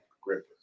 gripper